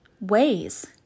ways